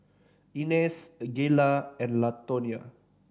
Inez Gayla and Latonya